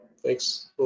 Thanks